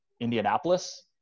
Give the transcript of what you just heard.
Indianapolis